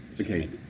Okay